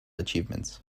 achievements